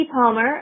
Palmer